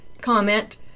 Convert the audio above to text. comment